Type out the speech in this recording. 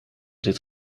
dit